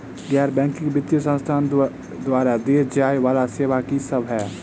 गैर बैंकिंग वित्तीय संस्थान द्वारा देय जाए वला सेवा की सब है?